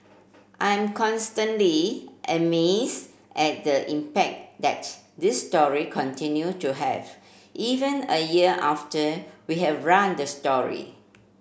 I'm constantly amazed at the impact that this story continue to have even a year after we have run the story